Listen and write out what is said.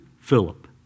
Philip